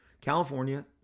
California